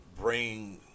bring